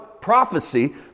prophecy